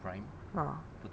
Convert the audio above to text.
ah